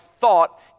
thought